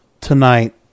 tonight